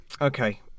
okay